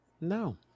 No